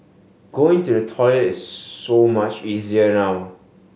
going to the toilet is so much easier now